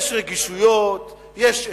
יש רגישויות, יש עדות,